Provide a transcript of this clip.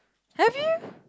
have you